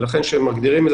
ולכן כשמגדירים את זה,